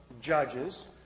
judges